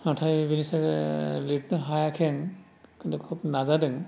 नाथाय बिदि सानना लिरनो हायाखै आं खिनथु खोब नाजादों